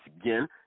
again